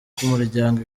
k’umuryango